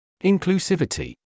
Inclusivity